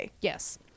Yes